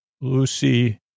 Lucy